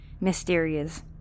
mysterious